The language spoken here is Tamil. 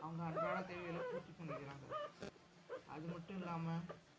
அவங்க அன்றாட தேவைகளை பூர்த்திப் பண்ணிக்கிறாங்க அதுமட்டும் இல்லாமல்